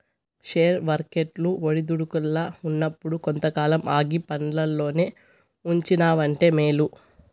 share వర్కెట్లు ఒడిదుడుకుల్ల ఉన్నప్పుడు కొంతకాలం ఆగి పండ్లల్లోనే ఉంచినావంటే మేలు